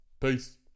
peace